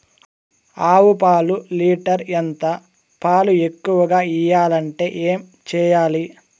ఆవు పాలు లీటర్ ఎంత? పాలు ఎక్కువగా ఇయ్యాలంటే ఏం చేయాలి?